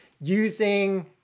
using